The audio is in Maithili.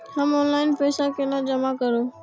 हम ऑनलाइन पैसा केना जमा करब?